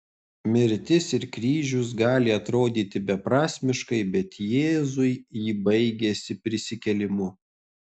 mirtis ir kryžius gali atrodyti beprasmiškai bet jėzui ji baigėsi prisikėlimu